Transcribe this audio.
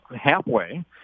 halfway